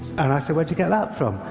and i said, where'd you get that from?